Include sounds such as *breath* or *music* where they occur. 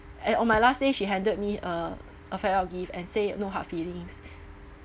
and on my last day she handed me a a farewell gift and say no hard feelings *breath*